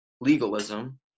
legalism